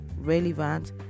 relevant